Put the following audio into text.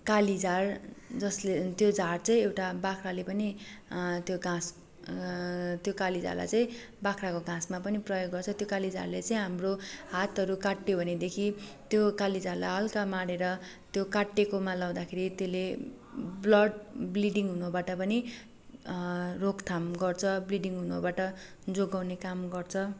कालिझार जसले त्यो झार चाहिँ एउटा बाख्राले पनि त्यो घाँस त्यो काली झारलाई चै बाख्राको घाँसमा पनि प्रयोग गर्छ त्यो काली झारले चाहिँ हाम्रो हातहरू काट्यो भनेदेखि त्यो कालि झारलाई हल्का माडेर त्यो काटेकोमा लाउँदाखेरि त्यसले ब्लड ब्लिडिङ हुनबाट पनि रोकथाम गर्छ ब्लिडिङ हुनबाट जोगाउने काम गर्छ